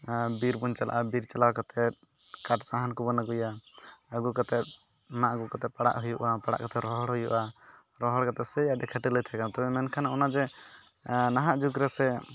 ᱟᱨ ᱵᱤᱨ ᱵᱚᱱ ᱪᱟᱞᱟᱜᱼᱟ ᱵᱤᱨᱵ ᱪᱟᱞᱟᱣ ᱠᱟᱛᱮᱫ ᱠᱟᱴ ᱥᱟᱦᱟᱱ ᱠᱚᱵᱚᱱ ᱟᱹᱜᱩᱭᱟ ᱟᱹᱜᱩ ᱠᱟᱛᱮᱫ ᱢᱟᱜ ᱟᱹᱜᱩ ᱠᱟᱛᱮᱫ ᱯᱟᱲᱟᱜ ᱦᱩᱭᱩᱜᱼᱟ ᱯᱟᱲᱟᱜ ᱠᱟᱛᱮᱫ ᱨᱚᱦᱚᱲ ᱦᱩᱭᱩᱜᱼᱟ ᱨᱚᱦᱚᱲ ᱠᱟᱛᱮᱫ ᱥᱮᱭ ᱠᱷᱟᱹᱴᱟᱹᱞᱤ ᱛᱟᱦᱮᱸ ᱠᱟᱱᱟ ᱢᱮᱱᱠᱷᱟᱱ ᱚᱱᱮᱡᱮ ᱱᱟᱦᱟᱜ ᱡᱩᱜᱽᱨᱮ ᱥᱮ